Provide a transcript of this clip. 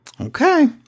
Okay